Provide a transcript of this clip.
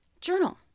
journal